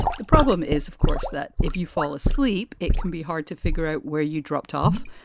the problem is, of course, that if you fall asleep, it can be hard to figure out where you dropped off.